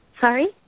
Sorry